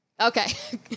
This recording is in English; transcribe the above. Okay